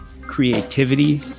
creativity